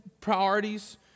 priorities